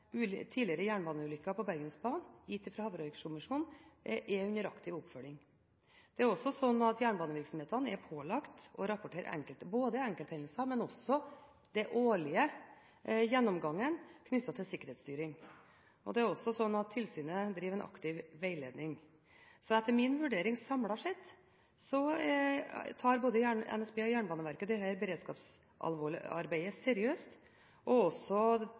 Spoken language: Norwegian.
til tidligere jernbaneulykker på Bergensbanen gitt av havarikommisjonen under aktiv oppfølging. Jernbanevirksomhetene er pålagt å rapportere enkelthendelser, men også å ha en årlig gjennomgang knyttet til sikkerhetsstyring. Tilsynet driver en aktiv veiledning. Etter min vurdering, samlet sett, tar både NSB og Jernbaneverket dette beredskapsarbeidet seriøst – og tar også